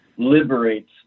liberates